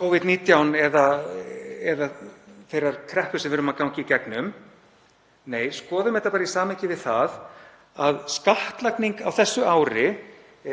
Covid-19 eða þeirrar kreppu sem við erum að ganga í gegnum. Nei, skoðum þetta í samhengi við að skattlagning á þessu ári